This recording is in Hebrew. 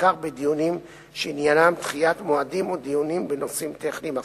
בעיקר בדיונים שעניינם דחיית מועדים או דיונים בנושאים טכניים אחרים.